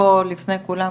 פה לפני כולם,